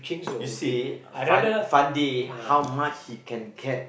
you see uh Fan~ Fandi how much he can get